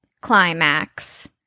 climax